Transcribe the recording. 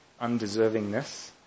undeservingness